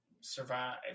survive